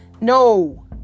No